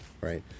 Right